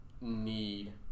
need